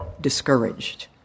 discouraged